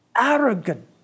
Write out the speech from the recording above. arrogant